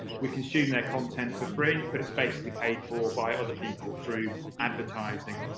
we consume their content for free, but it's basically paid for by other people through advertising.